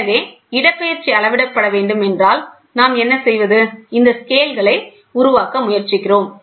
எனவே இடப்பெயர்ச்சி அளவிடப்பட வேண்டும் என்றால் நாம் என்ன செய்வது இந்த ஸ்கேல்களை உருவாக்க முயற்சிக்கிறோம்